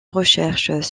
recherches